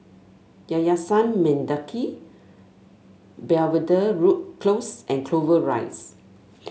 Yayasan Mendaki Belvedere Road Close and Clover Rise